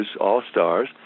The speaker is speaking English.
All-Stars